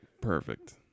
Perfect